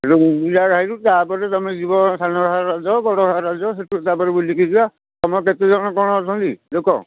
ସେଇଠୁ ଗୁଣ୍ଡିଚାଘାଇରୁ ତା'ପରେ ତୁମେ ଯିବ ସାନଘାଗରା ଯାଅ ବଡ଼ଘାଗରା ଯାଅ ସେହିଠାରୁ ତା'ପରେ ବୁଲିକି ଯା ତୁମର କେତେଜଣ କ'ଣ ଅଛନ୍ତି ଲୋକ